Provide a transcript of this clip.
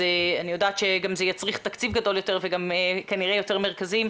אז אני יודעת שגם זה יצריך תקציב גדול יותר וגם כנראה יותר מרכזים,